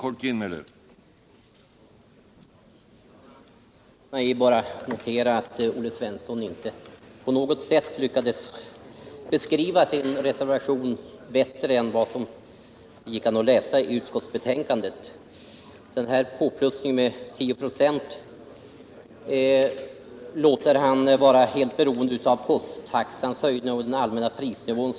Herr talman! Låt mig bara notera att Olle Svensson inte på något sätt lyckades beskriva sin reservation bättre än vad som gick att läsa sig fram till i utskottsbetänkandet. Påökningen med 10 96 låter han vara helt beroende av höjningen av posttaxorna och den allmänna prisnivån.